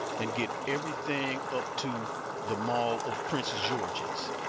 and get everything up to the mall of prince georges.